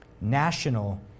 national